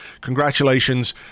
Congratulations